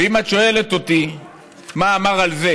ואם את שואלת אותי מה אמר על זה